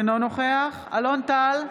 אינו נוכח אלון טל,